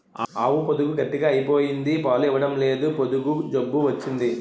ఆవు పొదుగు గట్టిగ అయిపోయింది పాలు ఇవ్వడంలేదు పొదుగు జబ్బు వచ్చింది